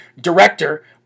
director